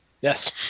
yes